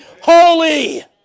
holy